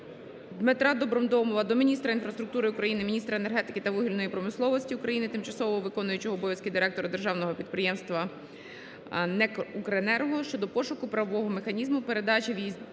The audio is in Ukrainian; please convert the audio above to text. Дмитра Добродомова до міністра інфраструктури України, міністра енергетики та вугільної промисловості України, тимчасово виконуючого обов`язки директора Державного підприємства "НЕК "Укренерго" щодо пошуку правового механізму передачі під'їзної